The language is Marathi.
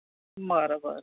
बरं बर